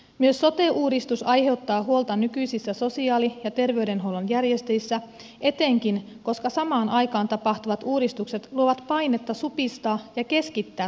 myös sote uudistus aiheuttaa huolta nykyisissä sosiaali ja terveydenhuollon järjestäjissä etenkin koska samaan aikaan tapahtuvat uudistukset luovat painetta supistaa ja keskittää toimintoja